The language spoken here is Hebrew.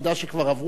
אז אני רק רוצה,